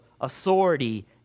authority